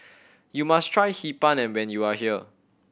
you must try Hee Pan and when you are here